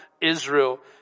Israel